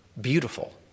beautiful